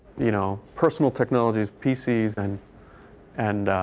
you know personal technologies pcs and and